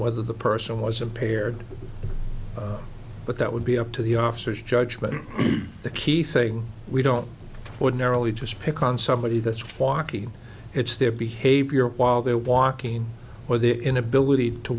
whether the person was impaired but that would be up to the officers judge whether the key thing we don't ordinarily just pick on somebody that's walking it's their behavior while they're walking or the inability to